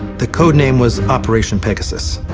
the codename was operation pegasus.